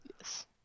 Yes